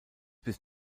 bis